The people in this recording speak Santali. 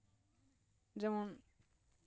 ᱡᱮᱢᱚᱱ